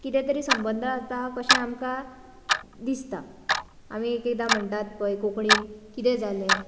किदे तरी संबद आसता अशे आमकां दिसता आमी एकएकदा म्हणटात पळय कोंकणीन किदें जाले